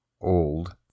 old